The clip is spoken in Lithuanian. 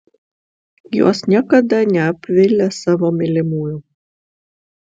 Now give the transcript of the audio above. jos niekada neapvilia savo mylimųjų